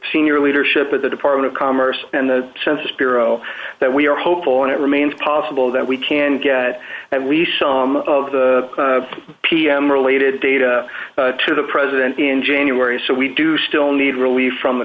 senior leadership at the department of commerce and the census bureau that we are hopeful and it remains possible that we can get at least some of the pm related data to the president in january so we do still need relief from the